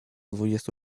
dwudziestu